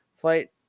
Flight